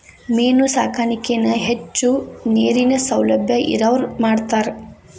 main ಸಾಕಾಣಿಕೆನ ಹೆಚ್ಚು ನೇರಿನ ಸೌಲಬ್ಯಾ ಇರವ್ರ ಮಾಡ್ತಾರ